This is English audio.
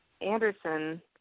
Anderson